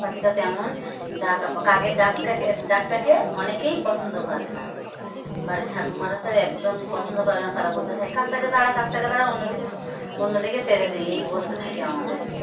পাখিটা তেমন ডাকা কাকের ডাকটাকে ডাকটাকে অনেকেই পছন্দ করে না বাড়ির ঠাকুমারা তো একদম পছন্দ করে না তারা বলতে থাকে কাকটাকে তাড়া কাকটাকে তাড়া অন্যদিকে অন্যদিকে তাড়িয়ে দে এই বলতে থাকে আমাদেরকে